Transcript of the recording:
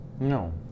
No